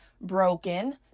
broken